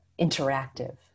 interactive